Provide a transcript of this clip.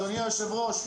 אדוני היושב-ראש,